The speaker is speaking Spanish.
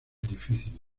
difíciles